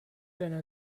einer